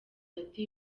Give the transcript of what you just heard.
ati